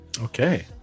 Okay